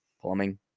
plumbing